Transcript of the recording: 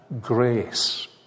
grace